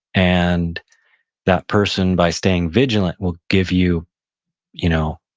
and that person, by staying vigilant, will give you you know